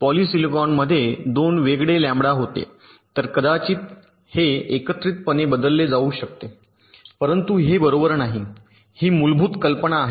पॉलिसिलॉनमध्ये फक्त 2 वेगळे लँबडा होते तर कदाचित हे एकत्रितपणे बदलले जाऊ शकते परंतु हे बरोबर नाही ही मूलभूत कल्पना आहे